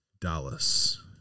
Dallas